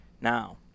now